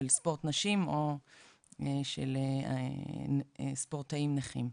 של ספורט נשים או של ספורטאים נכים.